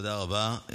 תודה רבה.